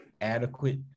adequate